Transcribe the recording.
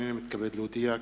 הנני מתכבד להודיע,